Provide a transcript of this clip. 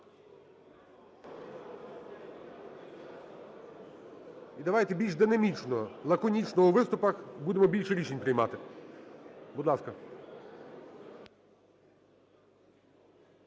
І давайте більш динамічно, лаконічно у виступах, будемо більше рішень приймати, будь ласка.